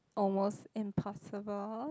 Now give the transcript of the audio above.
almost impossible